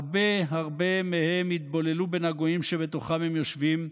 הרבה הרבה מהם התבוללו בין הגויים שבתוכם הם יושבים,